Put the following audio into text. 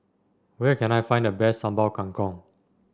where can I find the best Sambal Kangkong